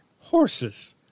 Horses